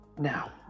now